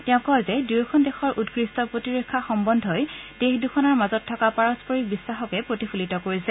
তেওঁ কয় যে দুয়োখন দেশৰ উৎকৃষ্ট প্ৰতিৰক্ষা সম্বন্ধই দেশ দুখনৰ মাজত থকা পাৰস্পৰিক বিশ্বাসকে প্ৰতিফলিত কৰিছে